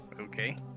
okay